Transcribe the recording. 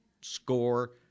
score